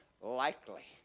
likely